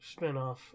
spinoff